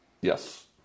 Yes